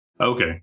Okay